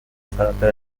فراتر